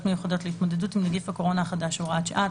מיוחדות להתמודדות עם נגיף הקורונה החדש (הוראת שעה),